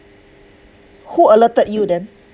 who alerted you then